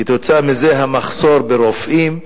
וכתוצאה מזה המחסור ברופאים,